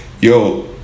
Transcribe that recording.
yo